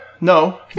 no